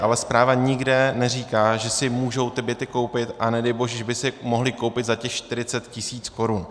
Ale zpráva nikde neříká, že si můžou ty byty koupit, a nedej bože, že by si je mohli koupit za těch 40 tisíc korun.